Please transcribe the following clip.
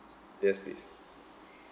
yes please